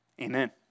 Amen